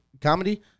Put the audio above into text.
Comedy